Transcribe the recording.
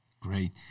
great